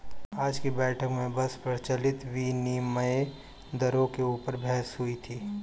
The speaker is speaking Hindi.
आज की बैठक में बस प्रचलित विनिमय दरों के ऊपर बहस हुई थी